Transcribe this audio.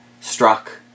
struck